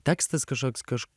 tekstas kažkoks kaž